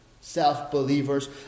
self-believers